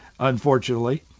unfortunately